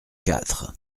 quatre